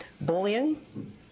Bullying